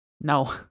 No